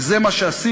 וזה מה שעשינו.